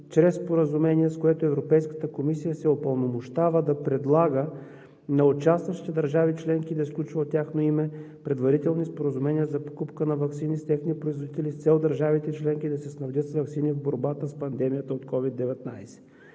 чрез споразумение, с което Европейската комисия се упълномощава да предлага на участващите държави членки да сключва от тяхно име предварителни споразумения за покупка на ваксини с техни производители с цел държавите членки да се снабдят с ваксини в борбата с пандемията от COVID-19.